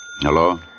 Hello